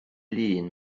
lŷn